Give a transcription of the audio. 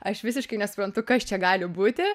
aš visiškai nesuprantu kas čia gali būti